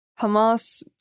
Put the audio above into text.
Hamas